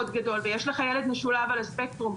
גדול ויש לך ילד משולב על הספקטרום,